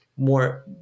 more